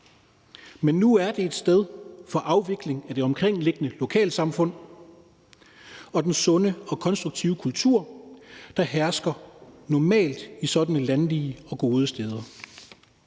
Men nu er det et sted for afvikling af det omkringliggende lokalsamfund og den sunde og konstruktive kultur, der normalt hersker i sådanne landlige og gode steder.